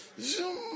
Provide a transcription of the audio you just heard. zoom